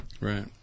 Right